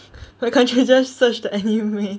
why can't you just search the anime